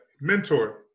mentor